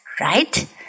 right